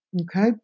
Okay